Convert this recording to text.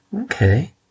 Okay